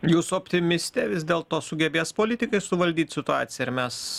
jūs optimistė vis dėlto sugebės politikai suvaldyt situaciją ar mes